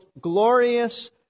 glorious